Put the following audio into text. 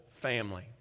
family